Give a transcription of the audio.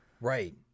Right